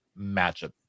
matchup